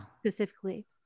Specifically